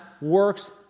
works